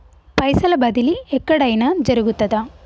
పైసల బదిలీ ఎక్కడయిన జరుగుతదా?